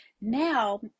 Now